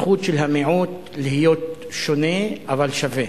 הזכות של המיעוט להיות שונה אבל שווה,